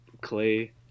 clay